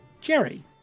Jerry